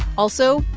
also,